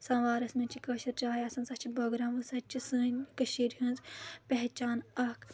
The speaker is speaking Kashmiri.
سَموارَس منٛز چھِ کٲشِر چاے آسان سۄ چھِ بگرام سۄ تہِ چھِ سٲنۍ کٔشیٖر ہٕنٛز پہچان اکھ